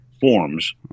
forms